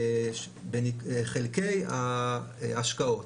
חלקי ההשקעות.